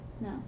No